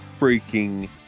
freaking